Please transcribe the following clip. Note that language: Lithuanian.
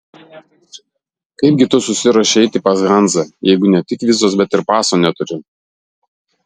kaip gi tu susiruošei eiti per hanzą jeigu ne tik vizos bet ir paso neturi